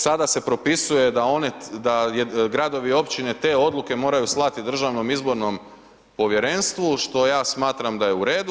Sada se propisuje da gradovi i općine te odluke moraju slati Državnom izbornom povjerenstvu što ja smatram da je u redu.